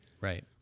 Right